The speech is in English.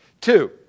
Two